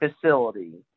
facility